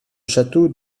château